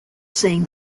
saying